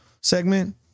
segment